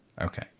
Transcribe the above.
Okay